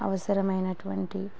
అవసరమైనటువంటి